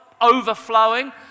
overflowing